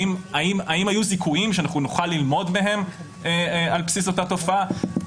האם היו זיכויים שאנחנו נוכל ללמוד מהם על בסיס אותה תופעה?